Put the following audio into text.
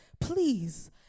please